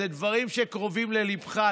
אלה דברים שקרובים לליבך,